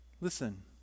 listen